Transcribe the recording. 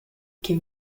que